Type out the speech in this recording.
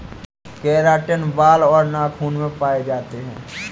keratin बाल और नाखून में पाए जाते हैं